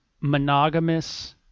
monogamous